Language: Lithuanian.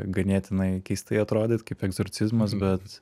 ganėtinai keistai atrodyt kaip egzorcizmas bet